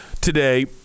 today